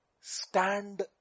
stand